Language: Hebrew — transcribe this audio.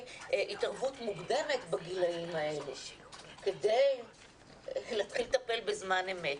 התערבות מוקדמת בגילאים האלה כדי להתחיל לטפל בזמן אמת.